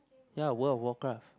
ya World of Warcraft